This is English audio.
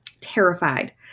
terrified